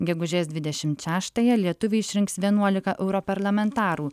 gegužės dvidešimt šeštąją lietuviai išrinks vienuoliką europarlamentarų